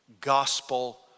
gospel